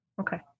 Okay